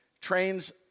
trains